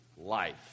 life